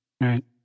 right